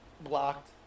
blocked